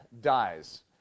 Dies